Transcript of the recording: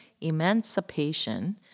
emancipation